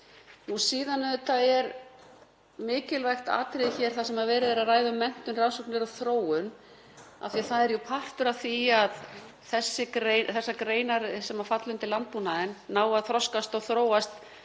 Síðan er mikilvægt atriði hér þar sem verið er að ræða um menntun, rannsóknir og þróun. Það er jú partur af því að þessar greinar sem falla undir landbúnaðinn nái að þroskast og þróast